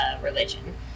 religion